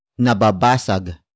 Nababasag